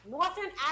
Northern